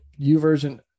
Uversion